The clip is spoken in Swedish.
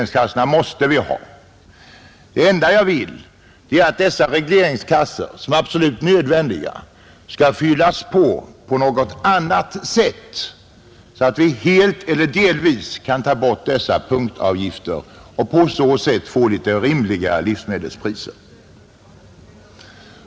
Dessa kassor måste vi ha, Det enda jag vill är att kassorna skall fyllas på genom ett annat system, så att vi helt eller delvis kan ta bort dessa punktavgifter och på så sätt få litet rimligare livsmedelspriser.